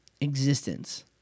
existence